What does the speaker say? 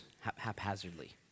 haphazardly